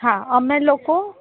હા અમે લોકો